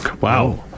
Wow